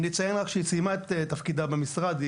נציין רק שהיא סיימה את תפקידה במשרד,